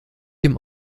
dem